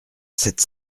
sept